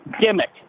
Gimmick